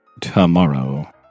tomorrow